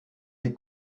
des